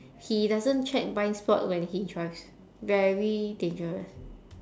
he doesn't check blind spot when he drives very dangerous